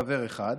חבר אחד,